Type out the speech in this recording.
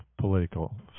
political